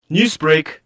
Newsbreak